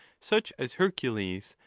such as hercules,